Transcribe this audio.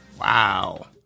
Wow